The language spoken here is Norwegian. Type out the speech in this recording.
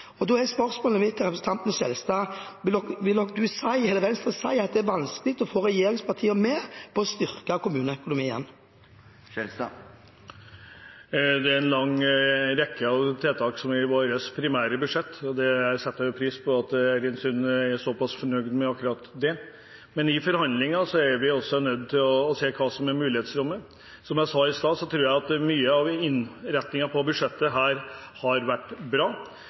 Da er spørsmålet mitt til representanten Skjelstad: Vil Venstre si at det er vanskelig å få regjeringspartiene med på å styrke kommuneøkonomien? Det er en lang rekke tiltak i vårt alternative budsjett, og jeg setter pris på at Eirin Sund er såpass fornøyd med akkurat det. Men i forhandlinger er man også nødt til å se hva som er mulighetsrommet. Som jeg sa i stad, har innretningen på budsjettet blitt bra. Vi når selvfølgelig ikke fram med alt. Eirin Sund har